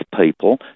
people